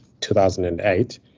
2008